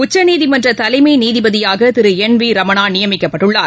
உச்சநீதிமன்ற தலைமை நீதிபதியாக திரு என் வி ரமணா நியமிக்கப்பட்டுள்ளார்